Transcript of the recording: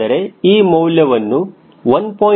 ಅದರ ಈ ಮೌಲ್ಯವನ್ನು 1